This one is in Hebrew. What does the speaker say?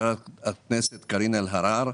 חברת הכנסת קארין אלהרר,